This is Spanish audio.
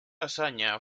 hazaña